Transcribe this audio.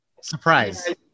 surprise